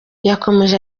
yakomeje